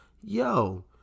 yo